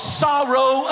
sorrow